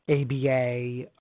ABA